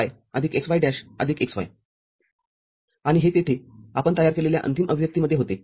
y आणि हे तेथे आपण तयार केलेल्या अंतिम अभिव्यक्तीमध्ये होते